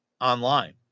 online